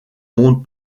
monde